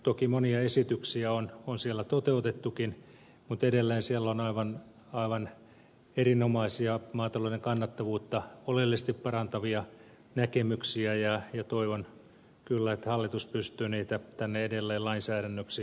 toki monia esityksiä on toteutettukin mutta edelleen siellä on aivan erinomaisia maatalouden kannattavuutta oleellisesti parantavia näkemyksiä ja toivon kyllä että hallitus pystyy niitä tänne edelleen lainsäädännöksi tuomaan